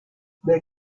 they